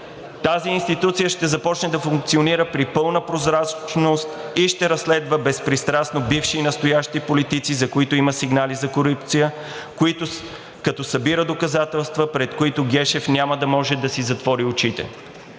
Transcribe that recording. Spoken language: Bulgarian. Тази институция ще започне да функционира при пълна прозрачност и ще разследва безпристрастно бивши и настоящи политици, за които има сигнали за корупция, като събира доказателства, пред които Гешев няма да може да си затвори очите.